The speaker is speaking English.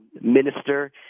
minister